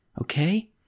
okay